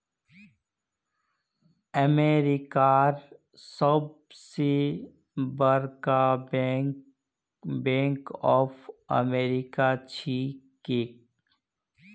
अमेरिकार सबस बरका बैंक बैंक ऑफ अमेरिका छिके